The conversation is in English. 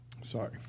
Sorry